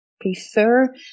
prefer